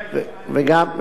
שגריר.